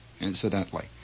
incidentally